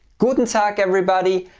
guten tag everybody,